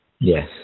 yes